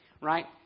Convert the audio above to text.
Right